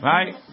Right